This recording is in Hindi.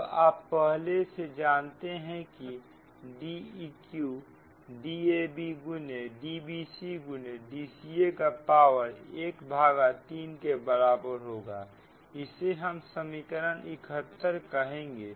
अब आप पहले से जानते हैं की Deq Dab DbcDca का पावर 1 भाग 3 के बराबर होगा इसे हम समीकरण 71 कहेंगे